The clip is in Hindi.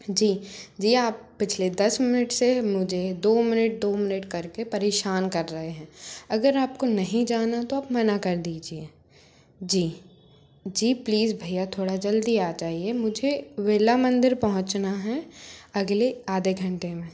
जी जी आप पिछले दस मिनट से मुझे दो मिनट दो मिनट कर के परेशान कर रहे हैं अगर आप को नहीं जाना तो आप मना कर दीजिए जी जी प्लीज़ भय्या थोड़ा जल्दी आ जाइए मुझे बिरला मंदिर पहुंचना है अगले आधे घंटे में